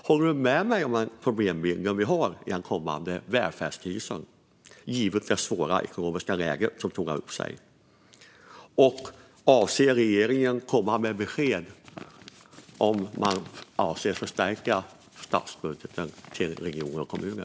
Håller du med mig om problembilden när det gäller den kommande välfärdskrisen, givet det svåra ekonomiska läge som tornar upp sig? Avser regeringen att komma med besked om huruvida man avser att förstärka statsbudgeten när det gäller regioner och kommuner?